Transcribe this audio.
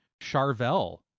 Charvel